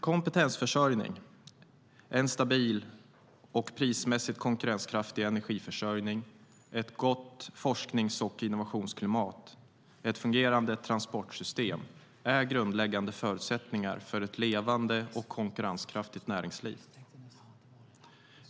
Kompetensförsörjning, en stabil och prismässigt konkurrenskraftig energiförsörjning, ett gott forsknings och innovationsklimat och ett fungerande transportsystem är grundläggande förutsättningar för ett levande och konkurrenskraftigt näringsliv.